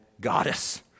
goddess